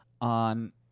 on